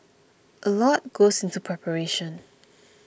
a lot goes into preparation